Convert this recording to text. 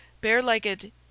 bare-legged